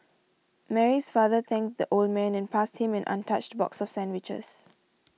Mary's father thanked the old man and passed him an untouched box of sandwiches